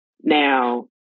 Now